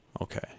Okay